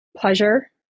pleasure